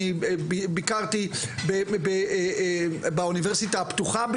אני ביקרתי באוניברסיטה הפתוחה,